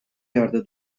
yerde